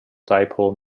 dipole